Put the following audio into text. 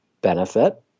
benefit